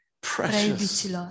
precious